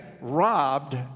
robbed